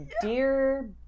dear